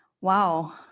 wow